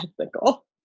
ethical